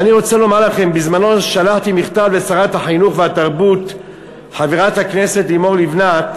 בזמני שלחתי מכתב לשרת החינוך והתרבות חברת הכנסת לימור לבנת,